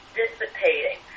dissipating